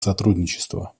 сотрудничества